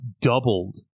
doubled